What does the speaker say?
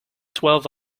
twelve